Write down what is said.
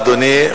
תודה רבה לאדוני.